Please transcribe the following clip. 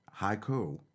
Haiku